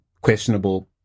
questionable